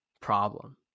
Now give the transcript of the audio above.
problem